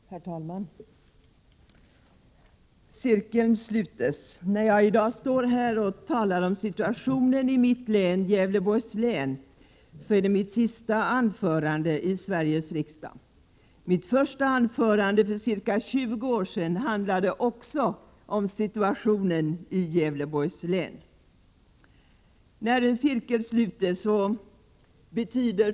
Herr talman! Cirkeln slutes. När jag i dag står här och talar om situationen i mitt län, Gävleborgs län, så är det mitt sista anförande i Sveriges riksdag. Mitt första anförande för ca 20 år sedan handlade också om situationen i Gävleborgs län. Cirkeln slutes.